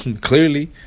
Clearly